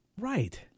Right